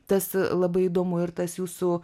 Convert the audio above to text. tas labai įdomu ir tas jūsų